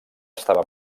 estava